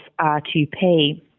R2P